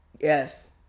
Yes